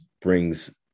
brings